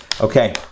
Okay